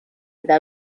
eta